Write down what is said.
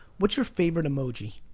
what's your favorite emoji?